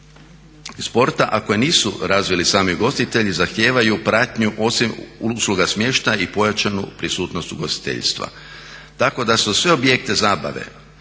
sporta a koje nisu razvili sami ugostitelji zahtijevaju pratnju osim usluga smještaja i pojačanu prisutnost ugostiteljstva. Tako da su sve objekte zabave